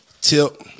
Tip